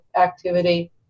activity